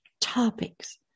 topics